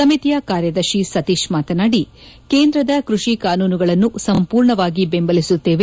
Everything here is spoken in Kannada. ಸಮಿತಿಯ ಕಾರ್ಯದರ್ಶಿ ಸತೀಶ್ ಮಾತನಾಡಿ ಕೇಂದ್ರದ ಕೃಷಿ ಕಾನೂನುಗಳನ್ನು ಸಂಪೂರ್ಣವಾಗಿ ಬೆಂಬಲಿಸುತ್ತೇವೆ